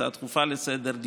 הצעה דחופה לסדר-היום,